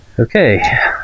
Okay